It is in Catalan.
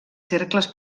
cercles